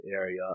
area